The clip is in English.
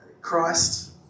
Christ